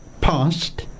past